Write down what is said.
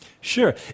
Sure